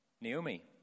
Naomi